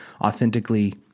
authentically